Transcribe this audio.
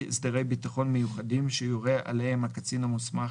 הסדרי ביטחון מיוחדים שיורה עליהם הקצין המוסמך,